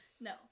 No